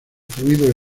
fluido